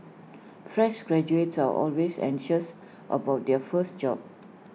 fresh graduates are always anxious about their first job